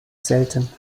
selten